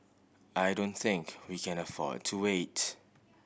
I don't think we can afford to wait